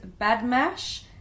Badmash